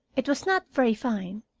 it was not very fine,